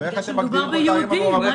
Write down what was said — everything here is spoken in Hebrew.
מדובר ביהודים.